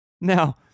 Now